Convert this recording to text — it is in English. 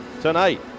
tonight